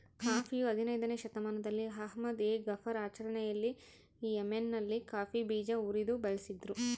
ಕಾಫಿಯು ಹದಿನಯ್ದನೇ ಶತಮಾನದಲ್ಲಿ ಅಹ್ಮದ್ ಎ ಗಫರ್ ಆಚರಣೆಯಲ್ಲಿ ಯೆಮೆನ್ನಲ್ಲಿ ಕಾಫಿ ಬೀಜ ಉರಿದು ಬಳಸಿದ್ರು